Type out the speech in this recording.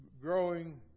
Growing